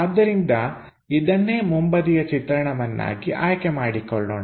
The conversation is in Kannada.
ಆದ್ದರಿಂದ ಇದನ್ನೇ ಮುಂಬದಿಯ ಚಿತ್ರಣವನ್ನಾಗಿ ಆಯ್ಕೆ ಮಾಡಿಕೊಳ್ಳೋಣ